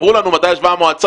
ספרו לנו מתי ישבה המועצה,